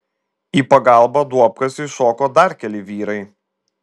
į pagalbą duobkasiui šoko dar keli vyrai